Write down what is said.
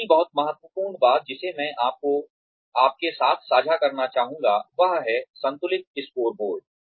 दूसरी बहुत महत्वपूर्ण बात जिसे मैं आपके साथ साझा करना चाहूँगा वह है संतुलित स्कोरकार्ड